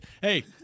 hey